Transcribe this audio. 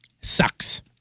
sucks